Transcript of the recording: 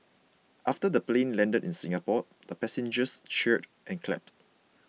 after the plane landed in Singapore the passengers cheered and clapped